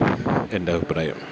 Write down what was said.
എൻ്റെ അഭിപ്രായം